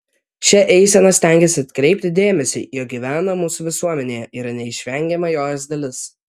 šia eisena stengiasi atkreipti dėmesį jog gyvena mūsų visuomenėje yra neišvengiama jos dalis